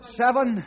seven